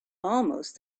almost